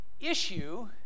issue